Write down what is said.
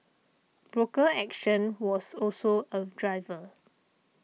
broker action was also a driver